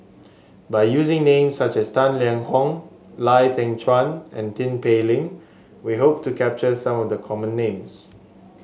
by using names such as Tang Liang Hong Lau Teng Chuan and Tin Pei Ling we hope to capture some of the common names